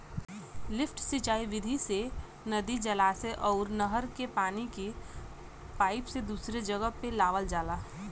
lift सिंचाई विधि से नदी, जलाशय अउर नहर के पानी के पाईप से दूसरी जगह पे लियावल जाला